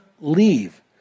leave